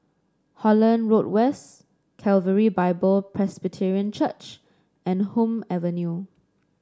Holland Road West Calvary Bible Presbyterian Church and Hume Avenue